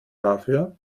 dafür